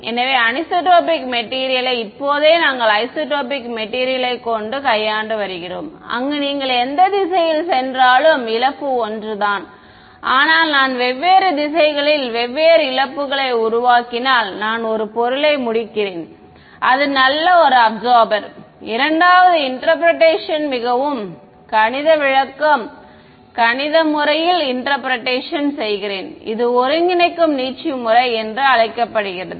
எனவே anisotropic material யை இப்போதே நாங்கள் ஐசோட்ரோபிக் மேட்டீரியளை கொண்டு மட்டுமே கையாண்டு வருகிறோம் அங்கு நீங்கள் எந்த திசையில் சென்றாலும் இழப்பு ஒன்றுதான் ஆனால் நான் வெவ்வேறு திசைகளில் வெவ்வேறு இழப்புகளை உருவாக்கினால் நான் ஒரு பொருளை முடிக்கிறேன் அது ஒரு நல்ல அப்சார்பர் இரண்டாவது மிகவும் கணித விளக்கம் இது ஒருங்கிணைக்கும் நீட்சி முறை என்று அழைக்கப்படுகிறது